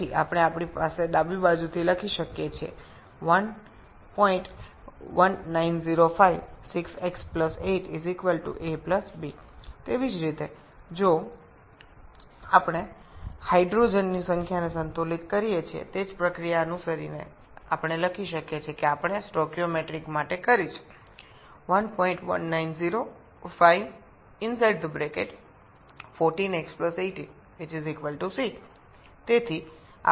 তারপরে আমরা বামপক্ষ থেকে লিখতে পারি 11905 6x 8 a b একইভাবে আমরা স্টিচিওমেট্রিকের জন্য যে পদ্ধতিটি করেছি তা অনুসরণ করে যদি আমরা হাইড্রোজেনের সংখ্যার ভারসাম্য বজায় করি 11905 14x 18 c সুতরাং আমরা এই প্রতিক্রিয়াটি সাম্যতা পূর্ণ করেছি